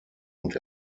und